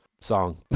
song